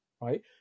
right